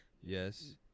yes